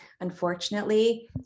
unfortunately